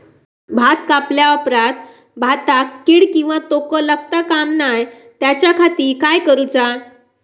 भात कापल्या ऑप्रात भाताक कीड किंवा तोको लगता काम नाय त्याच्या खाती काय करुचा?